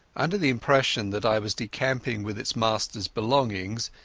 under the impression that i was decamping with its masteras belongings,